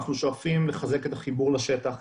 אנחנו שואפים לחזק את החיבור לשטח,